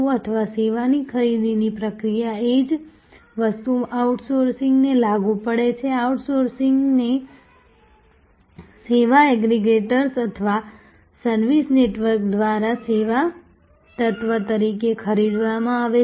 અથવા સેવાની ખરીદીની પ્રક્રિયા એ જ વસ્તુ આઉટસોર્સિંગને લાગુ પડે છે આઉટસોર્સિંગ ને સર્વિસ એગ્રીગેટર્સ અથવા સર્વિસ નેટવર્કર્સ દ્વારા સેવા તત્વ તરીકે ખરીદવામાં આવે છે